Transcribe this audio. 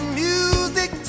music